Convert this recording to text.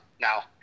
Now –